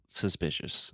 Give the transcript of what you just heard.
suspicious